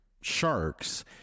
sharks